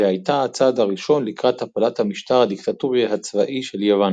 והייתה הצעד הראשון לקראת הפלת המשטר הדיקטטורי הצבאי של יוון.